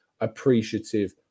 appreciative